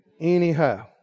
anyhow